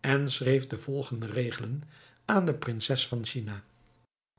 en schreef de volgende regelen aan de prinses van china